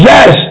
Yes